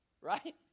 right